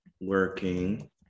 working